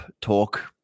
talk